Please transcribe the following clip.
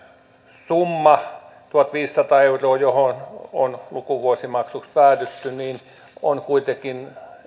summa tuhatviisisataa euroa johon on lukuvuosimaksuksi päädytty on kuitenkin